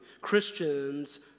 Christians